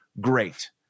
great